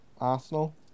Arsenal